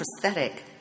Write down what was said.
prosthetic